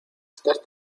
estás